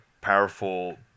powerful